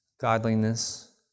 godliness